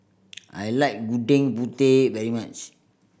I like Gudeg Putih very much